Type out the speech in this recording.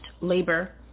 labor